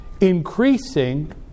increasing